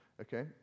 Okay